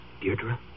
Deirdre